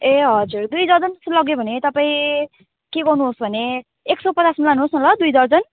ए हजुर दुई दर्जनजस्तो लग्यो भने तपाईँ के गर्नुहोस् भने एक सौ पचासमा लानुहोस् न ल दुई दर्जन